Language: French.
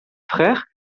frères